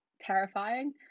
terrifying